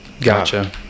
Gotcha